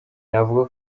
navuga